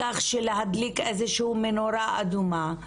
כך שלהדליק איזו שהיא מנורה אדומה,